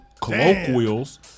colloquials